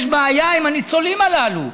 יש בעיה עם הניצולים הללו.